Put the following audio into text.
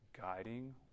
guiding